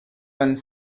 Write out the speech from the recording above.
vingt